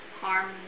harm